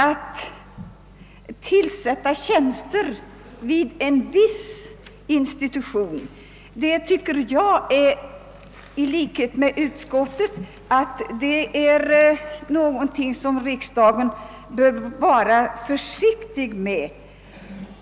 Att tillsätta tjänster vid en viss institution tycker jag i likhet med utskottets majoritet att riksdagen bör vara försiktig med.